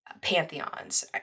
pantheons